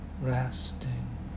Resting